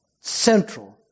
central